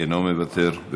אינו מוותר.